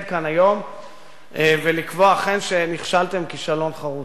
כאן היום ולקבוע אכן שנכשלתם כישלון חרוץ.